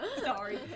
Sorry